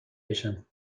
بشم